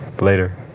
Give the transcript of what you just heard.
Later